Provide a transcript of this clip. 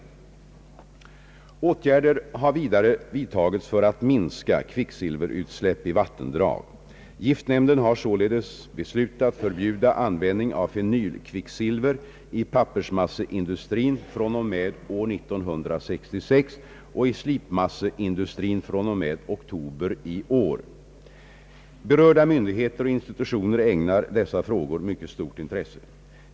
Åtgärder har även vidtagits för att minska kvicksilverutsläpp i vattendrag. Giftnämnden har således beslutat förbjuda användning av fenylkvicksilver i pappersmasseindustrin fr.o.m. år 1966 och i slipmasseindustrin fr.o.m. oktober i år. Berörda myndigheter och institutioner ägnar dessa frågor mycket stort intresse.